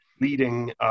leading